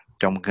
Trong